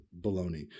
baloney